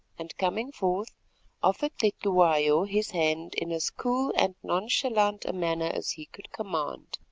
and coming forward offered cetywayo his hand in as cool and nonchalant a manner as he could command.